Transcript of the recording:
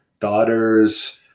daughters